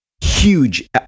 huge